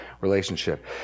relationship